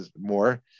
more